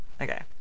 Okay